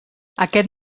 aquest